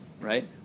right